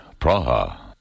Praha